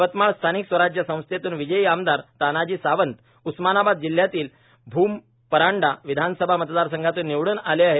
यवतमाळ स्थानिक स्वराज्य संस्थेतून विजयी आमदार तानाजी सावंत उस्मानाबाद जिल्ह्यातील भूम परांडा विधानसभा मतदारसंघातून निवडून आले आहेत